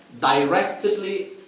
directly